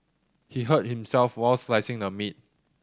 he hurt himself while slicing the meat